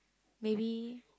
maybe